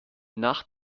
nach